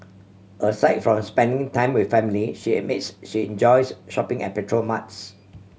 aside from spending time with family she admits she enjoys shopping at petrol marts